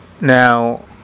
Now